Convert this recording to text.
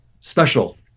special